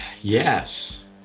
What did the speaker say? Yes